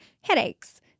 headaches